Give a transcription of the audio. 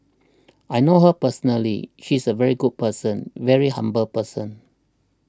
I know her personally she is a very good person very humble person